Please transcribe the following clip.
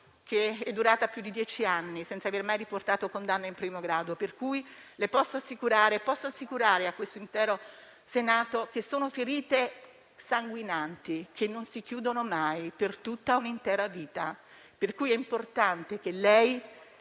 che è durata più di dieci anni senza aver mai riportato condanne in primo grado, posso assicurare a lei e all'intero Senato che sono ferite sanguinanti, che non si chiudono mai per tutta una vita, per cui è importante che lei